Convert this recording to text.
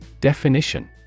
Definition